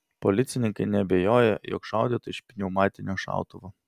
policininkai neabejoja jog šaudyta iš pneumatinio šautuvo